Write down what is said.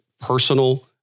personal